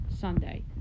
Sunday